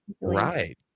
Right